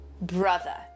brother